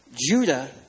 Judah